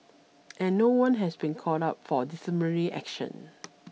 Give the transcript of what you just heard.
and no one has been called up for disciplinary action